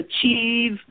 achieve